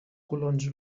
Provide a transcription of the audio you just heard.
colons